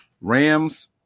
Rams